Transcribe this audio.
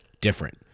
different